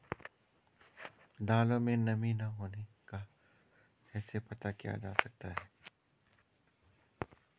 दालों में नमी न होने का कैसे पता किया जा सकता है?